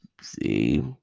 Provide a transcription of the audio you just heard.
See